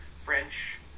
French